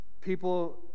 People